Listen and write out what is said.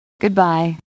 Goodbye